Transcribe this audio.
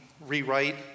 rewrite